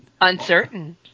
uncertain